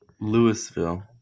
Louisville